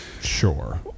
Sure